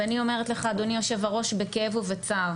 ואני אומרת לך, אדוני היושב-ראש, בכאב ובצער